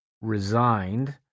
resigned